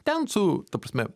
ten su ta prasme